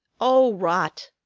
oh, rot!